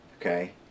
Okay